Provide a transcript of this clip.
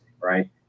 right